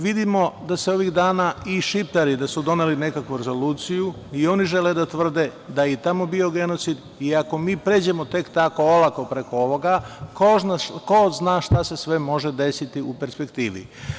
Vidimo da su ovih dana i Šiptari doneli nekakvu rezoluciju, i oni žele da tvrde da je i tamo bio genocid, i ako mi pređemo tek tako preko ovoga, ko zna šta se sve može desiti u perspektivi.